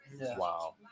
Wow